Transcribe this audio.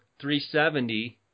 370